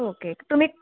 ओ के तुम्ही